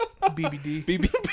BBD